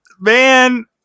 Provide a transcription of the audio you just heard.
Man